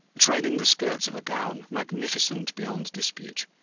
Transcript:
trailing the skirts of a gown magnificent beyond dispute,